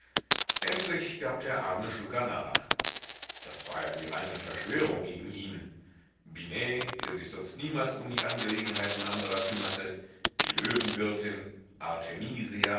endlich gab der arme schlucker nach das war ja die reine verschwörung gegen ihn binet der sich sonst niemals um die angelegenheiten anderer kümmerte die löwenwirtin artemisia